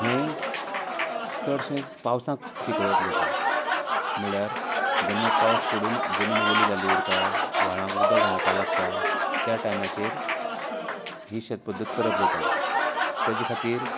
हे चडशें पावसांत पिकवप जाता म्हळ्यार जेन्ना पावस पडून जमीन ओली जाल्ली उरता व्हाळांक उदक व्हांवपाक लागता त्या टायमाचेर ही शेत पद्दत करप जाता तेचे खातीर